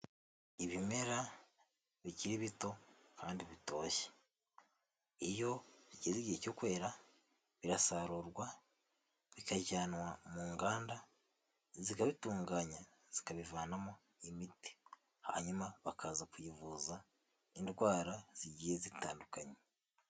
Ibimera bikiri bito kandi bitoshye, iyo bigeze igihe cyo kwera birasarurwa bikajyanwa mu nganda, zikabitunganya zikabivanamo imiti, hanyuma bakaza kuyivuza indwara zigiye zitandukanye.